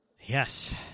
Yes